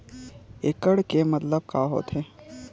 एकड़ के मतलब का होथे?